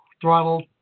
throttle